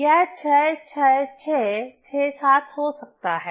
यह 66667 हो सकता है